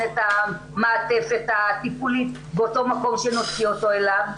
את המעטפת הטיפולית באותו מקום שנוציא אותו אליו?